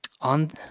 On